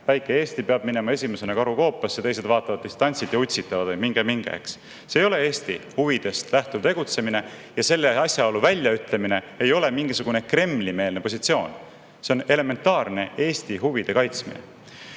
väike Eesti peab minema esimesena karukoopasse, teised vaatavad distantsilt ja utsitavad: "Minge-minge," eks. See ei ole Eesti huvidest lähtuv tegutsemine. Ja selle asjaolu väljaütlemine ei ole mitte mingisugune Kremli-meelne positsioon, vaid see on elementaarne Eesti huvide kaitsmine. Nüüd,